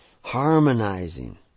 Harmonizing